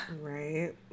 right